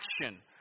action